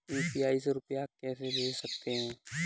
UPI से रुपया कैसे भेज सकते हैं?